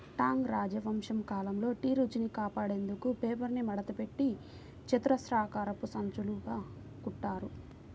Tang రాజవంశం కాలంలో tea రుచిని కాపాడేందుకు పేపర్ను మడతపెట్టి చతురస్రాకారపు సంచులుగా కుట్టారు